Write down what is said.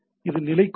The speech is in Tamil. இது நிலைக் குறியீடு